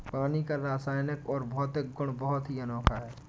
पानी का रासायनिक और भौतिक गुण बहुत ही अनोखा है